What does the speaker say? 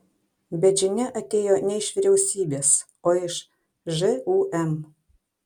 bet žinia atėjo ne iš vyriausybės o iš žūm